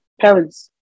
Parents